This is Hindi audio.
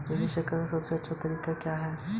निवेश का सबसे अच्छा तरीका क्या है?